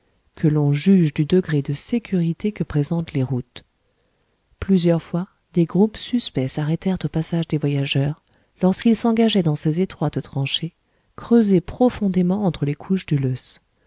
que l'on juge du degré de sécurité que présentent les routes plusieurs fois des groupes suspects s'arrêtèrent au passage des voyageurs lorsqu'ils s'engageaient dans ces étroites tranchées creusées profondément entre les couches du loess